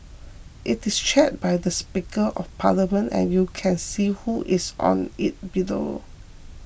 it is chaired by the Speaker of Parliament and you can see who is on it below